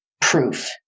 proof